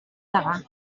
negar